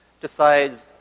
decides